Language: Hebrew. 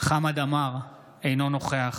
חמד עמאר, אינו נוכח